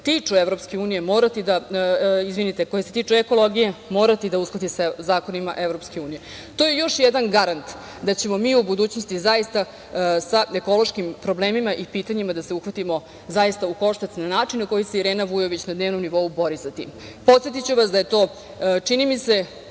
sve svoje regulative koje se tiču ekologije morati da uskladi sa zakonima EU. To je još jedan garant da ćemo mi u budućnosti sa ekološkim problemima i pitanjima da se uhvatimo u koštac na način na koji se i Irena Vujović na dnevnom nivou, bori sa tim. Podsetiću vas da je to, čini mi se,